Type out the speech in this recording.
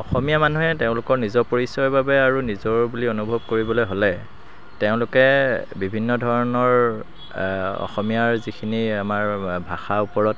অসমীয়া মানুহে তেওঁলোকৰ নিজৰ পৰিচয়ৰ বাবে আৰু নিজৰ বুলি অনুভৱ কৰিবলৈ হ'লে তেওঁলোকে বিভিন্ন ধৰণৰ অসমীয়াৰ যিখিনি আমাৰ ভাষাৰ ওপৰত